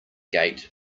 gate